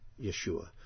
Yeshua